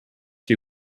too